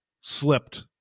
slipped